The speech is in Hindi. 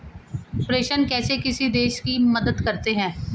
प्रेषण कैसे किसी देश की मदद करते हैं?